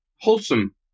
Wholesome